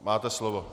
Máte slovo.